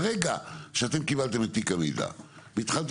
ברגע שאתם קיבלתם את תיק המידע והתחלת